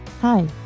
Hi